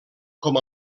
com